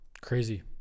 Crazy